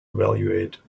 evaluate